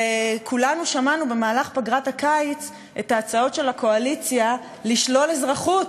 וכולנו שמענו במהלך פגרת הקיץ את ההצעות של הקואליציה לשלול אזרחות,